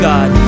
God